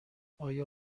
آیا